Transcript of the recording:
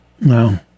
No